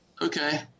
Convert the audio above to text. okay